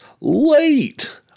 late